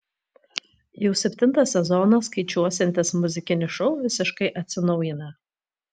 jau septintą sezoną skaičiuosiantis muzikinis šou visiškai atsinaujina